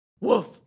Woof